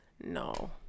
No